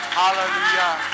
hallelujah